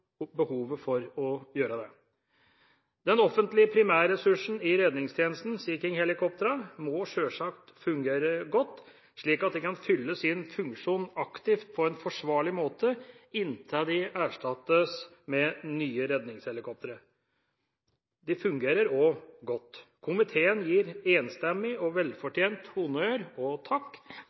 behovet for å gjøre det. Den offentlige primærressursen i redningstjenesten, Sea King-helikoptrene, må sjølsagt fungere godt, slik at de kan fylle sin funksjon aktivt på en forsvarlig måte inntil de erstattes med nye redningshelikoptre. De fungerer også godt. Komiteen gir enstemmig og velfortjent honnør og takk